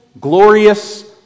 glorious